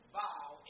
vow